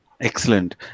Excellent